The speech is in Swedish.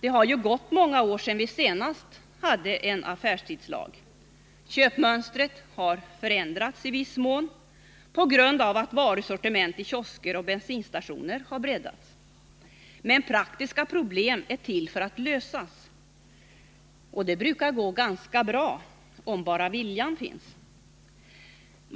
Det har ju gått många år sedan vi senast hade en affärstidslag. Köpmönstret har förändrats, i viss mån på grund av att varusortimentet i kiosker och bensinstationer har breddats. Men praktiska problem är till för att lösas, och det brukar gå ganska bra om bara viljan finns.